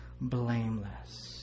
blameless